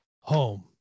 home